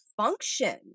function